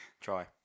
Try